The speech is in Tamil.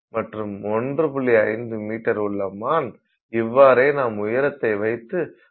5 மீட்டர் உள்ள மான் இவ்வாறே நாம் உயரத்தை வைத்து விலங்குகளை வேறுபடுத்துகிறோம்